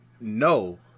no